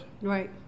Right